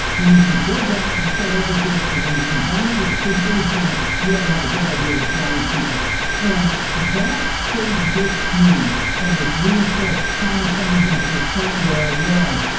you need to go back and start over again, and when you combine it with the physical exam, you ought to have a good idea what's wrong with people that stayed with me and was reinforced time and time again to the point where i realized,